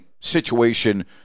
situation